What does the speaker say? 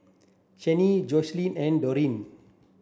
Shanelle Joseline and Darrion